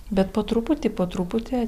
bet po truputį po truputį